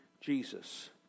Jesus